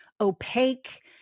opaque